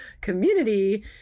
community